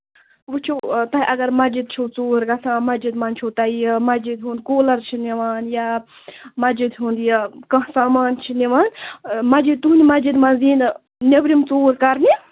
وُچھِو تۄہہِ اَگر مَسجِد چھِو ژوٗر گژھان مَسجِد منٛز چھُو تۅہہِ یہِ مسجد ہُنٛد کوٗلَر چھِ نِوان یا مسجِد ہُنٛد یہِ کانٛہہ سامان چھِ نِوان مَسجِد تُہُنٛدِ مَسجِد منٛز یِیہِ نہٕ نیٚبرِم ژوٗر کَرنہِ